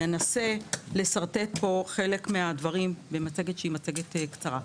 אנסה לשרטט פה חלק מהדברים במצגת קצרה.